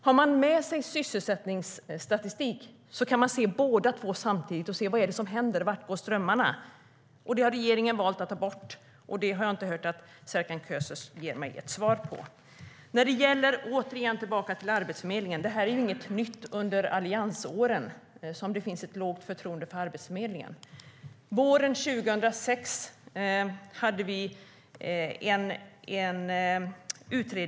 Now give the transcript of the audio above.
Men om man har med sysselsättningsstatistik kan man se båda samtidigt, se vad som händer och vart strömmarna går. Det har regeringen valt att ta bort. Och jag har inte hört att Serkan Köse har gett mig ett svar när det gäller det. Jag vill gå tillbaka till Arbetsförmedlingen. Ett lågt förtroende för Arbetsförmedlingen är inte något nytt som har uppkommit under alliansåren.